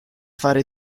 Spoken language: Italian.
fare